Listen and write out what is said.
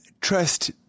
trust